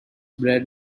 bred